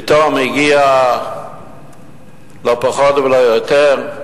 פתאום הגיע, לא פחות ולא יותר,